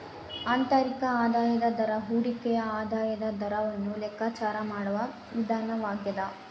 ಆಂತರಿಕ ಆದಾಯದ ದರ ಹೂಡಿಕೆಯ ಆದಾಯದ ದರವನ್ನು ಲೆಕ್ಕಾಚಾರ ಮಾಡುವ ವಿಧಾನವಾಗ್ಯದ